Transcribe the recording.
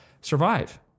survive